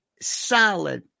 solid